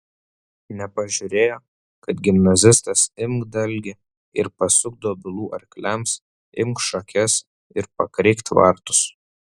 nepažiūrėjo kad gimnazistas imk dalgį ir pasuk dobilų arkliams imk šakes ir pakreik tvartus